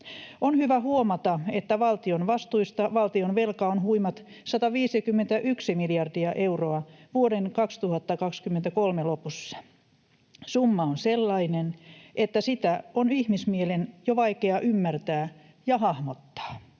On hyvä huomata, että valtion vastuista valtionvelka on huimat 151 miljardia euroa vuoden 2023 lopussa. Summa on sellainen, että sitä on ihmismielen jo vaikea ymmärtää ja hahmottaa.